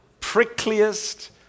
prickliest